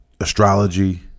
astrology